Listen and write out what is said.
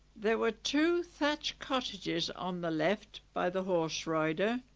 there were two thatched cottages on the left by the horse rider.